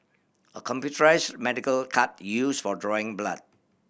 a computerised medical cart used for drawing blood